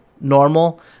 Normal